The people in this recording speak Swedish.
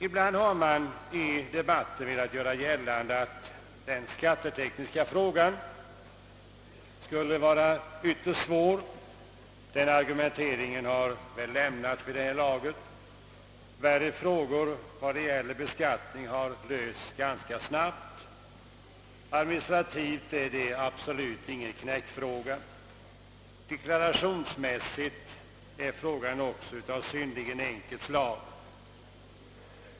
Ibland har man i debatten velat göra gällande att den skattetekniska frågan skulle vara ytterst svår. Den argumenteringen har väl lämnats vid det här laget; värre skattefrågor har kunnat lösas ganska snabbt. Inte heller administrativt är detta någon svår nöt att knäcka. även deklarationsmässigt är frågan av synnerligen enkelt slag.